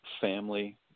family